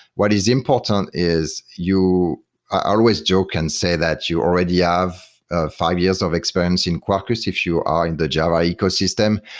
what is important is you i always joke and say that you already ah have ah five years of experience in quarkus if you are in the java ecosystem,